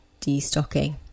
destocking